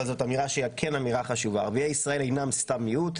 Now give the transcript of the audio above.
אבל זאת אמירה חשובה: ערביי ישראל אינם סתם מיעוט,